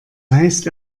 heißt